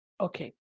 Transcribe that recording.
Okay